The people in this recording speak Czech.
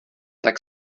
tak